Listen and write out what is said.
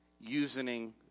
Using